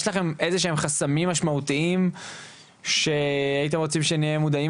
יש לכם איזה שהם חסמים משמעותיים שהייתם רוצים שנהיה מודעים